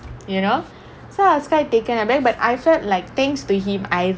you know so I was quite taken aback but I felt like thanks to him I